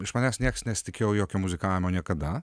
iš manęs niekas nesitikėjo jokio muzikavimo niekada